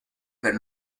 per